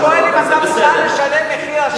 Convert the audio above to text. אני שואל: האם אתה מוכן לשלם את מחיר השלום?